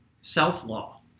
self-law